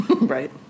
Right